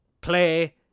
play